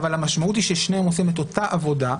אבל המשמעות היא ששניהם עושים את אותה עבודה,